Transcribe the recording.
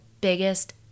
biggest